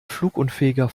flugunfähiger